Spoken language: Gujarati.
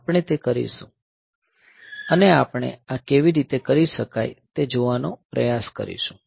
આપણે તે કરીશું અને આપણે આ કેવી રીતે કરી શકાય તે જોવાનો પ્રયાસ કરીશું